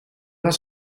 was